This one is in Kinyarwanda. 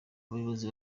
abayobozi